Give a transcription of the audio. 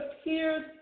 appeared